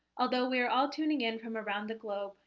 although we are all tuning in from around the globe,